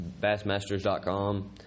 bassmasters.com